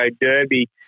derby